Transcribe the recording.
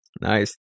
Nice